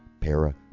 Para